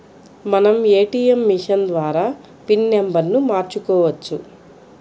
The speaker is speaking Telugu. మనం ఏటీయం మిషన్ ద్వారా పిన్ నెంబర్ను మార్చుకోవచ్చు